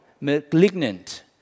malignant